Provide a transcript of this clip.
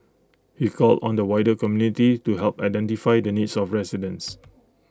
he called on the wider community to help identify the needs of residents